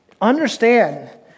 understand